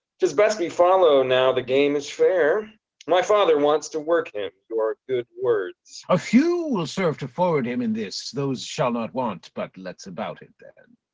tis best we follow now the game is fair my father wants to work him your good words. a few will serve to forward him in this, those shall not want but let's about it then.